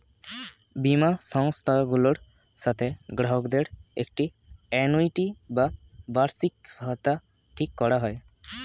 বীমা সংস্থাগুলোর সাথে গ্রাহকদের একটি আ্যানুইটি বা বার্ষিকভাতা ঠিক করা হয়